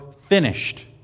finished